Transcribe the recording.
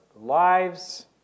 lives